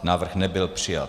Návrh nebyl přijat.